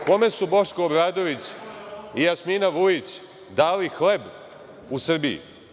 Kome su Boško Obradović i Jasmina Vujić dali hleb u Srbiji?